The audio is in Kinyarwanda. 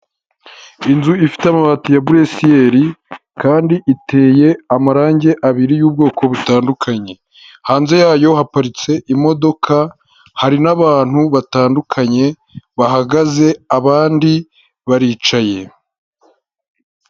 Inzu ifite amabati ya buresiyeri kandi iteye amarangi abiri y'ubwoko butandukanye hanze yayo haparitse imodoka hari n'abantu batandukanye bahagaze abandi baricaye.